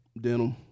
Dental